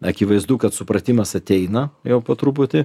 akivaizdu kad supratimas ateina jau po truputį